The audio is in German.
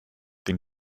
den